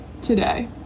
today